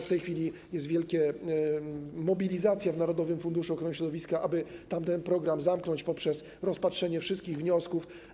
W tej chwili jest wielka mobilizacja w narodowym funduszu ochrony środowiska, by tamten program zamknąć poprzez rozpatrzenie wszystkich wniosków.